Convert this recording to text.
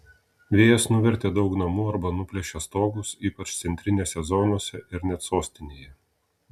vėjas nuvertė daug namų arba nuplėšė stogus ypač centinėse zonose ir net sostinėje